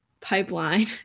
pipeline